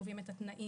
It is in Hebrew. קובעים את התנאים,